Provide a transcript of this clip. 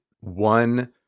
one